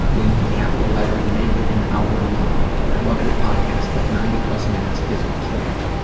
ah in capital letters, make it an hour long. i love your podcast but ninety plus minutes is a killer.